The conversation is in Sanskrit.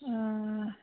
आ